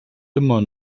immer